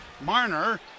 Marner